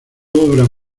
obra